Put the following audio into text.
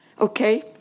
Okay